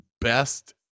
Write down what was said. best